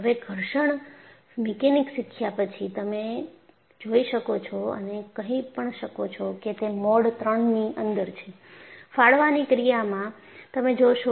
હવે ઘર્ષણ મિકેનિક્સ શીખ્યા પછી તમે જોઈ શકો છો અને કહી પણ શકો છો કે તે મોડ ત્રણની અંદર છે ફાડવાની ક્રિયામાં તમે જોશો